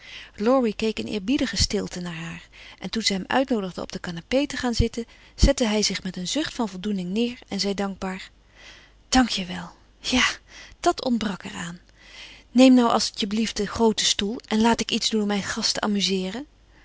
laurie keek in eerbiedige stilte naar haar en toen ze hem uitnoodigde op de canapé te gaan zitten zette hij zich met een zucht van voldoening neer en zei dankbaar dank je wel ja dat ontbrak er aan neem nou als t je belieft dien grooten stoel en laat ik iets doen om mijn gast te amuseeren